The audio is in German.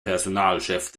personalchef